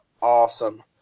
awesome